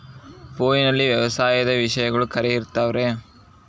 ಫೋನಲ್ಲಿ ವ್ಯವಸಾಯದ ವಿಷಯಗಳು ಖರೇ ಇರತಾವ್ ರೇ?